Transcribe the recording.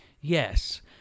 Yes